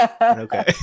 Okay